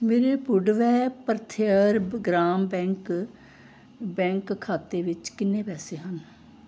ਮੇਰੇ Puduvai Bharathiar Grama bank bank ਖਾਤੇ ਵਿੱਚ ਕਿੰਨੇ ਪੈਸੇ ਹਨ